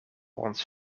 ons